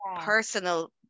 personal